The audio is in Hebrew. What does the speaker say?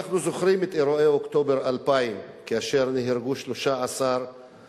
אנחנו זוכרים את אירועי אוקטובר 2000 כאשר נהרגו 13 אזרחים,